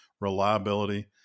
reliability